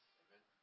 amen